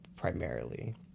Primarily